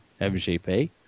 MGP